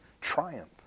triumph